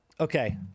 Okay